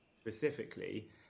specifically